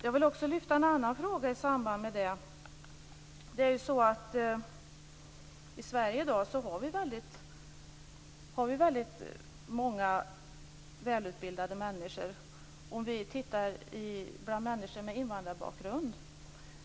Jag vill också lyfta fram en annan fråga i samband med detta. I Sverige har vi i dag väldigt många välutbildade människor med invandrarbakgrund.